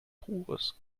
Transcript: pures